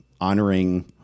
honoring